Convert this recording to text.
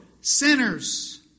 sinners